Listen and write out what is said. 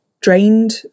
drained